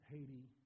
Haiti